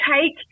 take